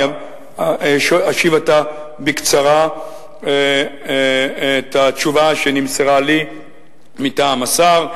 עתה אני אשיב בקצרה את התשובה שנמסרה לי מטעם השר.